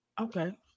Okay